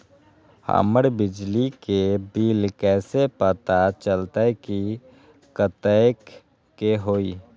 हमर बिजली के बिल कैसे पता चलतै की कतेइक के होई?